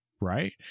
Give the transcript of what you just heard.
right